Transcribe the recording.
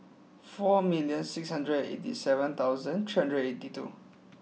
four million six hundred eighty seven thousand three hundred eighty two